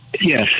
Yes